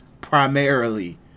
primarily